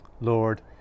Lord